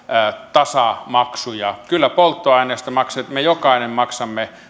tasamaksuja kyllä polttoaineesta me jokainen maksamme